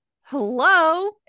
Hello